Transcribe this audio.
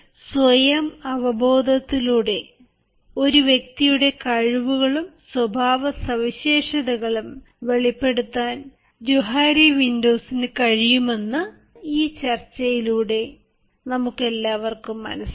സ്വയം അവബോധത്തിലൂടെ ഒരു വ്യക്തിയുടെ കഴിവുകളും സ്വഭാവ സവിശേഷതകളും വെളിപ്പെടുത്താൻജോഹാരി വിൻഡോസിന് കഴിയുമെന്ന് ഈ ചർച്ചയിലൂടെ നമുക്കെല്ലാവർക്കുംമനസ്സിലായി